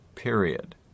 Period